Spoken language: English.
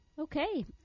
Okay